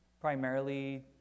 primarily